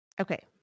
Okay